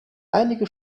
einige